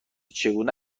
چگونه